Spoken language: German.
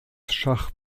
schach